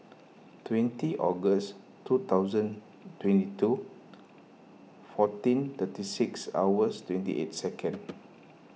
twenty August two thousand twenty two fourteen thirty six hours twenty eight second